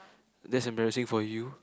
that's embarrassing for you